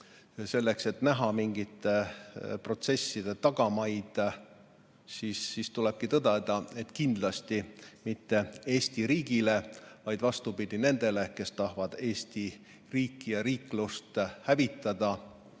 selleks, et näha mingite protsesside tagamaid, tulebki tõdeda: kindlasti mitte Eesti riigile, vaid, vastupidi, nendele, kes tahavad Eesti riiki ja riiklust hävitada,